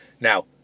Now